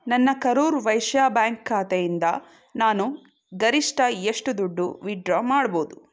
ನನ್ನ ಕರೂರ್ ವೈಶ್ಯ ಬ್ಯಾಂಕ್ ಖಾತೆಯಿಂದ ನಾನು ಗರಿಷ್ಠ ಎಷ್ಟು ದುಡ್ಡು ವಿಡ್ರಾ ಮಾಡ್ಬೋದು